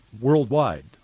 worldwide